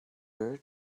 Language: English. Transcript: her